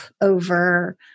over